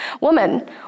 Woman